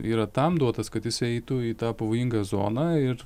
yra tam duotas kad jis įeitų į tą pavojingą zoną ir